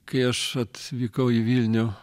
kai aš atvykau į vilnių